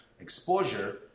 exposure